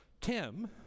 Tim